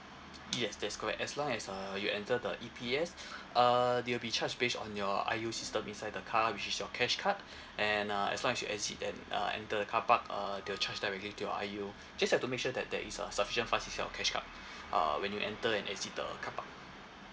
yes that's correct as long as uh you enter the E_P_S uh you'll be charged base on your I_U system inside the car which is your cash card and uh as long as you exit then uh enter the carpark uh the charge that relate to your I_U just have to make sure that there is uh sufficient fund in your cash card uh when you enter and exit the carpark